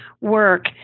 work